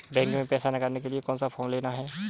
Bank में पैसा निकालने के लिए कौन सा फॉर्म लेना है?